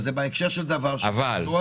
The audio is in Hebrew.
אבל זה בהקשר של דברים שהועלו.